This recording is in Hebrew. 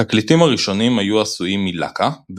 התקליטים הראשונים היו עשויים מלכה,